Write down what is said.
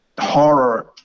horror